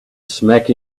smack